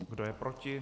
Kdo je proti?